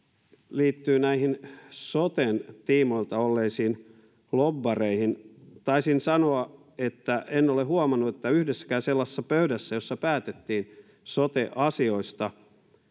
liittyy näihin soten tiimoilta olleisiin lobbareihin taisin sanoa että en ole huomannut että yhdessäkään sellaisessa pöydässä jossa päätettiin sote asioista